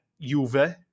Juve